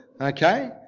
Okay